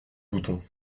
bouton